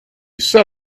set